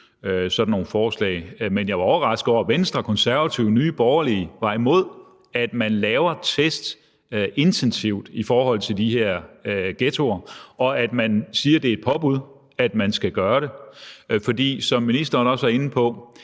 sådan nogle forslag, men jeg var overrasket over, at Venstre, Konservative, Nye Borgerlige var imod, at man laver test intensivt i de her ghettoer, og at man siger, det er et påbud, altså at man skal gøre det. For som ministeren også er inde på,